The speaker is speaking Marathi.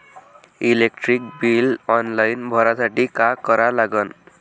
इलेक्ट्रिक बिल ऑनलाईन भरासाठी का करा लागन?